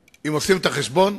אם עושים את החשבון,